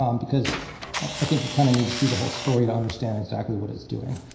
um because i think you kind of need to see the whole story to understand exactly what it's doing.